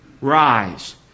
Rise